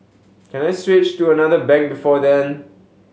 can I switch to another bank before then